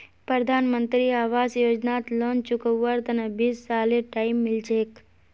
प्रधानमंत्री आवास योजनात लोन चुकव्वार तने बीस सालेर टाइम मिल छेक